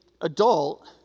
adult